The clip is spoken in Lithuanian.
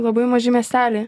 labai maži miesteliai